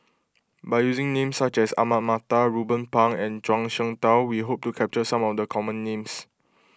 by using names such as Ahmad Mattar Ruben Pang and Zhuang Shengtao we hope to capture some of the common names